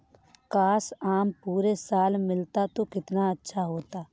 काश, आम पूरे साल मिलता तो कितना अच्छा होता